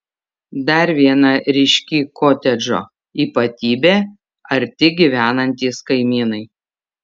dar viena ryški kotedžo ypatybė arti gyvenantys kaimynai